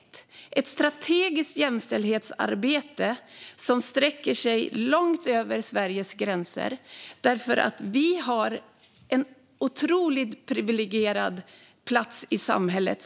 Det behövs ett strategiskt jämställdhetsarbete som sträcker sig långt över Sveriges gränser, för vi som är födda och uppvuxna i Sverige har en otroligt privilegierad plats i samhället.